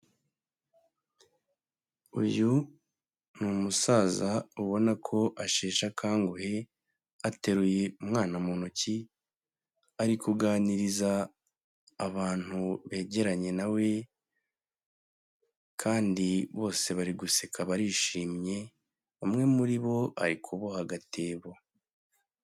Uyu ni umusaza ubona ko asheshe akanguhe, ateruye umwana mu ntoki, ari kuganiriza abantu begeranye na we kandi bose bari guseka barishimye, umwe muri bo ari kuboha agatebo.